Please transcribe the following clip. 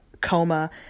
coma